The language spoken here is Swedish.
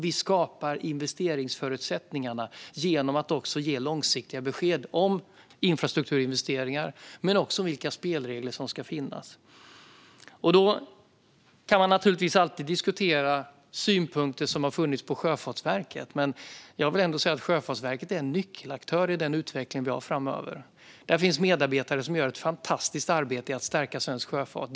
Vi skapar investeringsförutsättningarna genom att ge långsiktiga besked om infrastrukturinvesteringar men också om vilka spelregler som ska finnas. Man kan alltid diskutera synpunkter som har funnits på Sjöfartsverket. Men Sjöfartsverket är ändå en nyckelaktör i utvecklingen framöver. Där finns medarbetare som gör ett fantastiskt arbete med att stärka svensk sjöfart.